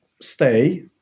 stay